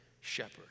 shepherd